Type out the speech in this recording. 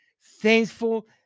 Thankful